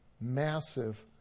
massive